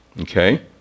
okay